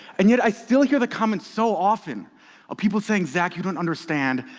and yet i still hear the comment so often of people saying, zach, you don't understand.